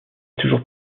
toujours